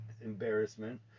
embarrassment